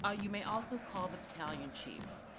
ah you may also call the battalion chief.